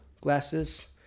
glasses